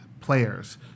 players